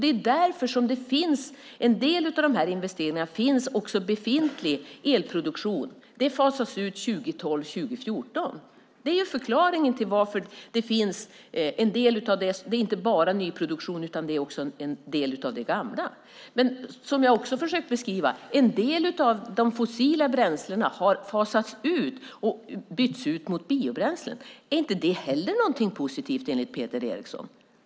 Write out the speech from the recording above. Det är därför som en del av investeringarna också går till befintlig elproduktion. De fasas ut 2012 och 2014. Det är förklaringen till att det inte bara är nyproduktion utan också en del av det gamla. En del av de fossila bränslena har fasats ut och bytts ut mot biobränslen, som jag också har försökt beskriva. Det är inte heller någonting positivt enligt Peter Eriksson.